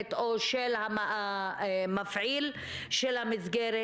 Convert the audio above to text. הגננת או של המפעיל של המסגרת.